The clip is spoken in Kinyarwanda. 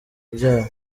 byabo